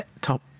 top